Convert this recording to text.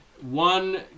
one